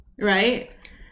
Right